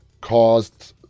caused